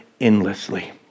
endlessly